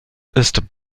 ist